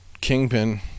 kingpin